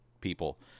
people